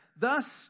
thus